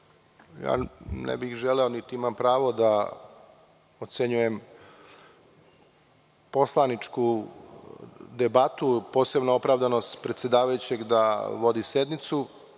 ne bih želeo niti imam pravo da ocenjujem poslaničku debatu, posebno opravdanost predsedavajućeg da vodi sednicu.